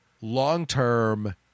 long-term